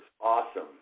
awesome